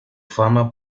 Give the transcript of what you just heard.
fama